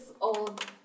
old